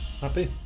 happy